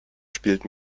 spielt